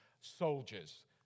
soldiers